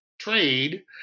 trade